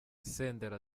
senderi